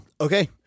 Okay